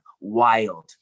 wild